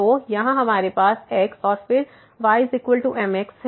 तो यहाँ हमारे पास x और फिर ymx है